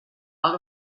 out